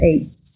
eight